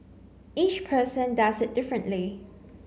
each person does it differently